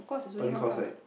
partly cause like